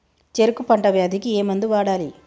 చెరుకు పంట వ్యాధి కి ఏ మందు వాడాలి?